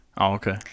okay